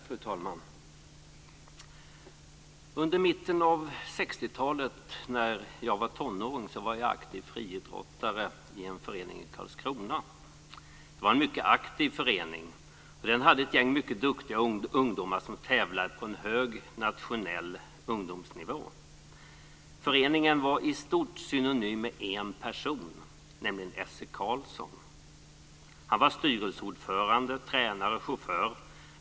Fru talman! Under mitten av 60-talet när jag var tonåring var jag aktiv friidrottare i en förening i Karlskrona. Det var en mycket aktiv förening och den hade ett gäng mycket duktiga ungdomar som tävlade på hög nationell ungdomsnivå. Föreningen var i stort synonym med en person, nämligen Esse Carlsson. Han var styrelseordförande, tränare och chaufför.